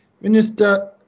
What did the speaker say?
Minister